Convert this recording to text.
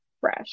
fresh